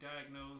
diagnose